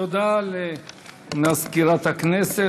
תודה למזכירת הכנסת.